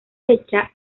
fecha